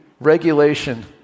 regulation